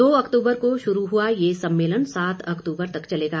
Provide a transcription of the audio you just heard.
दो अक्तूबर को शुरू हुआ ये सम्मेलन सात अक्तूबर तक चलेगा